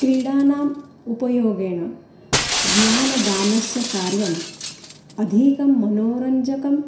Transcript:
क्रीडानाम् उपयोगेण ज्ञानदानस्य कार्यम् अधिकं मनोरञ्जकम्